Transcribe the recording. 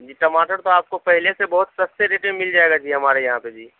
جی ٹماٹر تو آپ کو پہلے سے بہت سَستے ریٹ میں مِل جائے گا جی ہمارے یہاں پہ جی